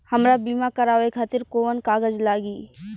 हमरा बीमा करावे खातिर कोवन कागज लागी?